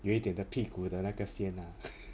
有一点的屁股的那个线 lah